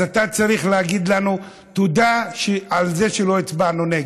אז אתה צריך להגיד לנו תודה על זה שלא הצבענו נגד.